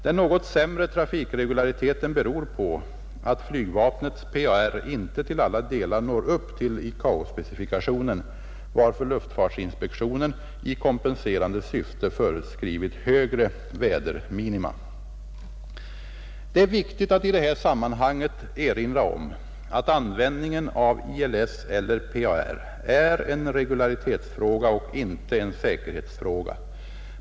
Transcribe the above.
Den något sämre trafikregulariteten beror på att flygvapnets PAR inte till alla delar når upp till ICAO-specifikationen, varför luftfartsinspektionen i kompenserande syfte föreskrivit högre väderminima. Det är viktigt att i det här sammanhanget erinra om att användningen av ILS eller PAR är en regularitetsfråga och inte en säkerhetsfråga.